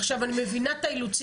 עכשיו אני מבינה את האילוצים,